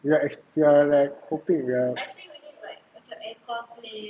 ya we are act~ we are like hoping like